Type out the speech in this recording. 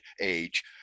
age